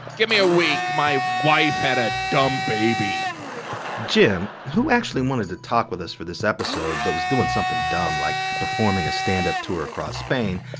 give me a week. my wife had a dumb baby jim, who actually wanted to talk with us for this episode but was doing something dumb like performing a standup tour across spain,